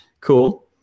cool